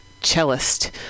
cellist